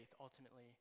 ultimately